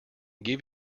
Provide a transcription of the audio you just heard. give